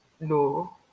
no